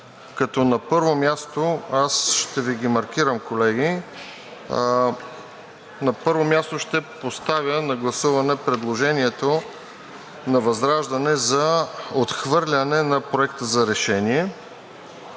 като на първо място ще Ви ги маркирам, колеги. На първо място ще поставя на гласуване предложението на ВЪЗРАЖДАНЕ за отхвърляне на Проекта на решение,